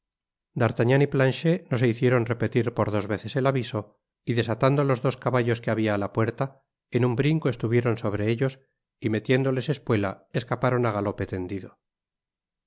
d'artagnan y planchet no se hicieron repetir por dos veces el aviso y desatando los dos caballos que habia á la puerta en un brinco estuvieron sobre ellos y metiéndoles espuela escaparon á galope tendido